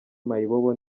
mayibobo